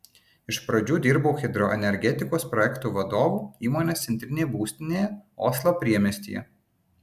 iš pradžių dirbau hidroenergetikos projektų vadovu įmonės centrinėje būstinėje oslo priemiestyje